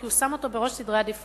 כי הוא שם אותו בראש סדרי העדיפויות.